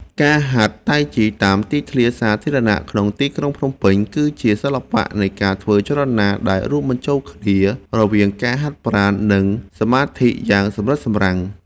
ការហាត់តៃជីតាមទីធ្លាសាធារណៈក្នុងទីក្រុងភ្នំពេញ គឺជាសិល្បៈនៃការធ្វើចលនាដែលរួមបញ្ចូលគ្នារវាងការហាត់ប្រាណ និងសមាធិយ៉ាងសម្រិតសម្រាំង។